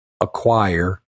acquire